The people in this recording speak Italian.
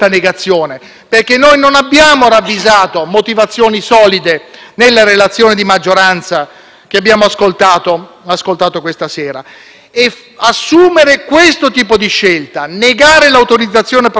che abbiamo ascoltato questa sera. Assumere questo tipo di scelta e negare l'autorizzazione a procedere in assenza di motivazioni circostanziate equivale a sottrarre il ministro Salvini